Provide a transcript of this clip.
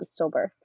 stillbirth